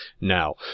Now